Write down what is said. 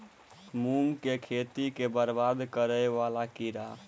मूंग की खेती केँ बरबाद करे वला कीड़ा?